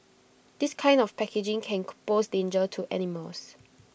this kind of packaging can pose danger to animals